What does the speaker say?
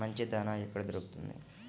మంచి దాణా ఎక్కడ దొరుకుతుంది?